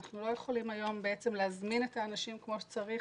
אנחנו לא יכולים היום להזמין את האנשים כמו שצריך